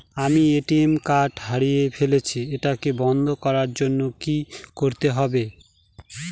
আমি ATM card টি হারিয়ে ফেলেছি এটাকে বন্ধ করার জন্য কি করতে হবে?